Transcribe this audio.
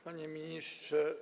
Panie Ministrze!